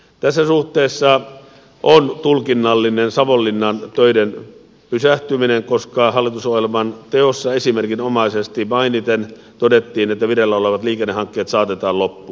tässä suhteessa on tulkinnallinen savonlinnan töiden pysähtyminen koska hallitusohjelman teossa esimerkinomaisesti mainiten todettiin että vireillä olevat liikennehankkeet saatetaan loppuun